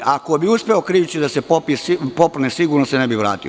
Ako bi uspeo krijući da se popne, sigurno se ne bi vratio.